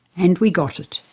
and we got it